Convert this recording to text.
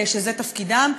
שזה תפקידם,